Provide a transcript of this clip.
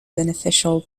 beneficial